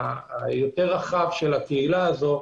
היותר רחב של הקהילה הזו,